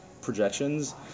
projections